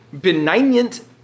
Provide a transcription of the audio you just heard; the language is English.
benignant